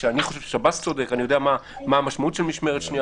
אני לא עקבתי אחרי שליחת המסמכים,